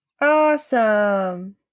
Awesome